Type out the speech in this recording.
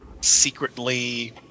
secretly